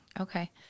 Okay